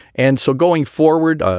and so going forward,